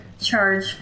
charge